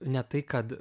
ne tai kad